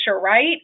right